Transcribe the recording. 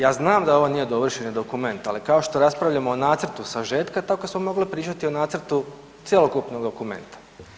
Ja znam da ovo nije dovršeni dokument, ali kao što raspravljamo o nacrtu sažetka, tako smo mogli pričati o nacrtu cjelokupnog dokumenta.